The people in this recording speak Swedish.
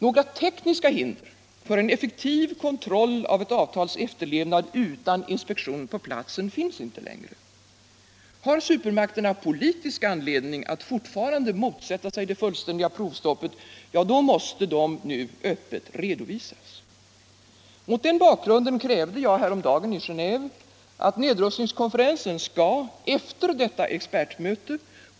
Några tekniska hinder för en effektiv kontroll av ett avtals efterlevnad utan inspektion på platsen finns inte längre. Har supermakterna politisk anledning att fortfarande motsätta sig det fullständiga provstoppet, måste den nu öppet redovisas. Mot den bakgrunden krävde jag häromdagen i Gentve att nedrustningskonferensen skall, efter detta expertmöte.